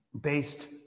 based